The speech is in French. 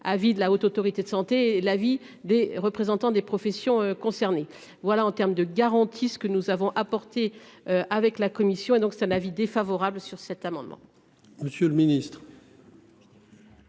Avis de la Haute autorité de santé l'avis des représentants des professions concernées. Voilà en termes de garanties. Ce que nous avons apporté avec la Commission et donc c'est un avis défavorable sur cet amendement. Monsieur le ministre.